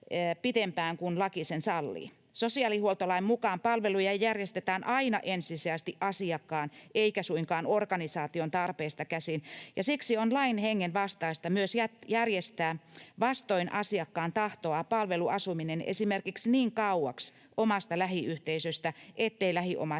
Sosiaalihuoltolain mukaan palveluja järjestetään aina ensisijaisesti asiakkaan eikä suinkaan organisaation tarpeista käsin, ja siksi on lain hengen vastaista myös järjestää vastoin asiakkaan tahtoa palveluasuminen esimerkiksi niin kauaksi omasta lähiyhteisöstä, ettei lähiomaisilla ole